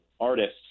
artists